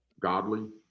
Godly